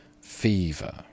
fever